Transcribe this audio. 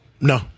No